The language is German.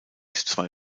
zwei